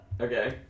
Okay